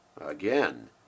Again